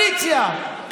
לקואליציה.